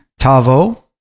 Tavo